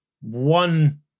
one